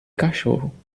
cachorro